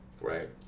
Right